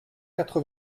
quatre